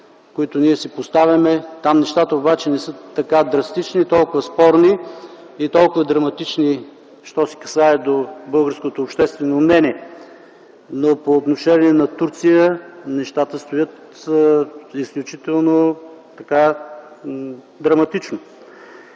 които ние си поставяме. Там нещата обаче не са така драстични и толкова спорни и толкова драматични, що се касае до българското обществено мнение. Но по отношение на Турция нещата стоят изключително драматично.